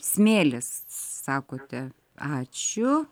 smėlis sakote ačiū